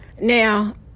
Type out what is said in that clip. Now